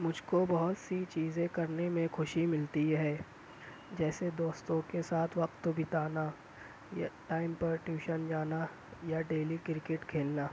مجھ کو بہت سی چیزیں کرنے میں خوشی ملتی ہے جیسے دوستوں کے ساتھ وقت بتانا یا ٹائم پر ٹیوشن جانا یا ڈیلی کرکٹ کھیلنا